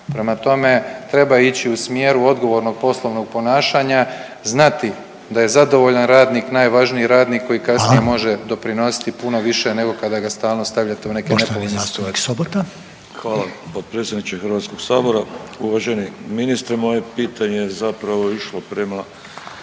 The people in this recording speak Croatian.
Prema tome, treba ići u smjeru odgovornog poslovnog ponašanja, znati da je zadovoljan radnik najvažniji radnik koji kasnije može doprinositi puno više nego kada ga stalno stavljate u neke nepovoljne situacije. **Reiner, Željko (HDZ)** Poštovani